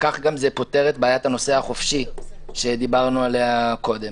וכך זה גם פותר את בעיית הנוסע החופשי שדיברנו עליה קודם.